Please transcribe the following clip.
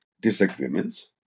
disagreements